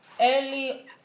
Early